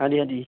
ਹਾਂਜੀ ਹਾਂਜੀ